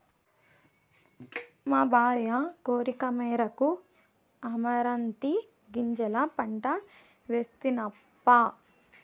మా భార్య కోరికమేరకు అమరాంతీ గింజల పంట వేస్తినప్పా